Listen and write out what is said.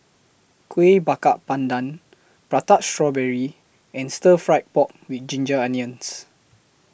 Kuih Bakar Pandan Prata Strawberry and Stir Fried Pork with Ginger Onions